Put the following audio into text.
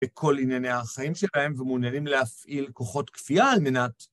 בכל ענייני החיים שלהם ומעוניינים להפעיל כוחות כפייה על מנת